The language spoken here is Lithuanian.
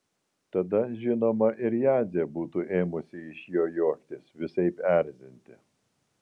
tada žinoma ir jadzė būtų ėmusi iš jo juoktis visaip erzinti